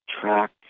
Track